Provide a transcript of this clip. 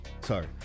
Sorry